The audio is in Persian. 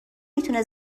میتونه